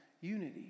unity